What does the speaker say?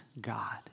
God